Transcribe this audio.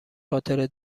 خاطره